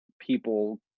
people